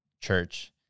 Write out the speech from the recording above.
church